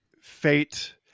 fate